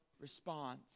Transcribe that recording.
response